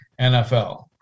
NFL